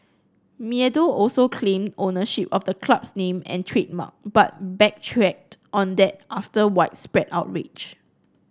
Meadow also claimed ownership of the club's name and trademark but backtracked on that after widespread outrage